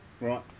right